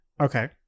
Okay